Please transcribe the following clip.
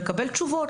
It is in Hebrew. לקבל תשובות,